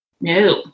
No